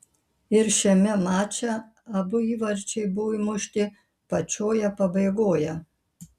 ir šiame mače abu įvarčiai buvo įmušti pačioje pabaigoje